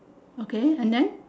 okay and then